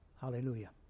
Hallelujah